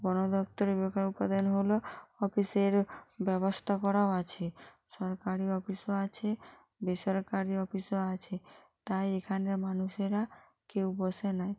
বনদপ্তরে উপাদান হলো অফিসের ব্যবস্থা করাও আছে সরকারি অফিসও আছে বেসরকারি অফিসও আছে তাই এখানের মানুষেরা কেউ বসে নেই